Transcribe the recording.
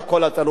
תודה רבה.